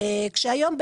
כשהיום,